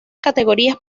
categorías